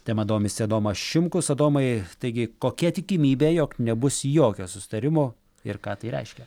tema domisi adomas šimkus adomai taigi kokia tikimybė jog nebus jokio susitarimo ir ką tai reiškia